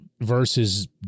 versus